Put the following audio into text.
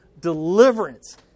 deliverance